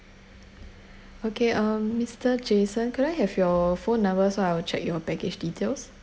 okay um mr jason could I have your phone number so I will check your package details